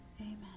Amen